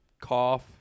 cough